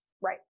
Right